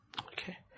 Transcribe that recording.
Okay